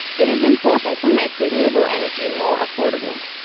it is important to make renewable energy more affordable.